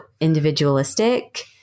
individualistic